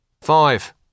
Five